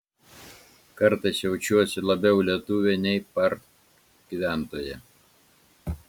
kartais jaučiuosi labiau lietuvė nei par gyventoja